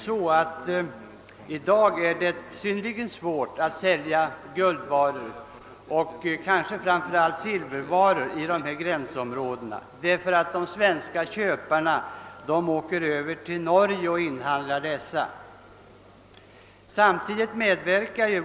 Det är i dag synnerligen svårt att sälja guldvaror och kanske ännu svårare att sälja silvervaror i dessa gränsområden, därför att de svenska köparna åker över till Norge och inhandlar varorna där.